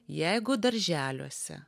jeigu darželiuose